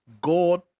God